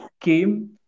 came